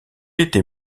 était